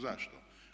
Zašto?